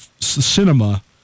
cinema